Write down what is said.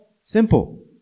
Simple